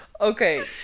Okay